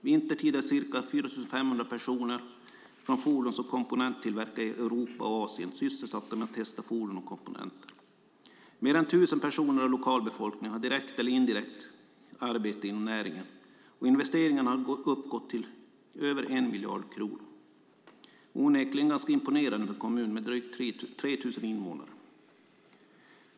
Vintertid är ca 4 500 personer från fordons och komponenttillverkare i Europa och Asien sysselsatta med att testa fordon och komponenter. Mer än 1 000 personer av lokalbefolkningen har direkt eller indirekt arbete inom näringen, och investeringarna har uppgått till över 1 miljard kronor. Onekligen ganska imponerande för en kommun med drygt 3 000 invånare.